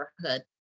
neighborhood